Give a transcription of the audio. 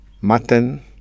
mutton